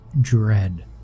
dread